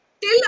till